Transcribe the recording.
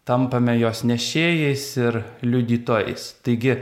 tampame jos nešėjais ir liudytojais taigi